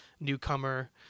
newcomer